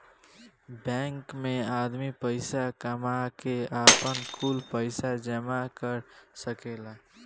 bank मे आदमी पईसा कामा के, आपन, कुल पईसा जामा कर सकेलन